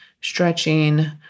stretching